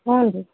ಹ್ಞೂ ರೀ